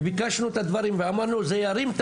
וביקשנו את הדברים ואמרנו זה ירים את